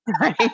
Right